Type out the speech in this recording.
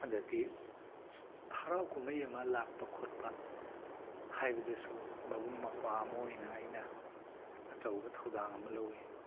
ꯑꯗꯒꯤ ꯍꯔꯥꯎ ꯀꯨꯝꯍꯩ ꯑꯃ ꯂꯥꯛꯄ ꯈꯣꯠꯄ ꯍꯥꯏꯕꯗꯁꯨ ꯃꯕꯨꯡ ꯃꯧꯄ꯭ꯋꯥ ꯑꯃ ꯑꯣꯏꯅ ꯑꯩꯅ ꯑꯆꯧꯕ ꯊꯧꯗꯥꯡ ꯑꯃ ꯂꯧꯋꯤ